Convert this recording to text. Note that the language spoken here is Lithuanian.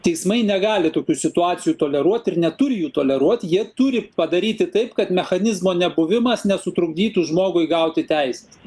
teismai negali tokių situacijų toleruot ir neturi jų toleruot jie turi padaryti taip kad mechanizmo nebuvimas nesutrukdytų žmogui gauti teises